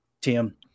Tim